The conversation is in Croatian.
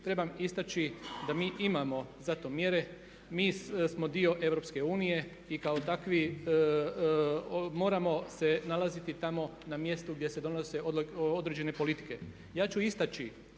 trebam istaći da mi imamo za to mjere. Mi smo dio EU i kao takvi moramo se nalaziti tamo na mjestu gdje se donose određene politike. Ja ću istaći